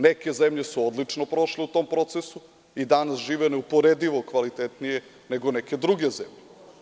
Neke zemlje su odlično prošle u tom procesu i danas žive neuporedivo kvalitetnije nego neke druge zemlje.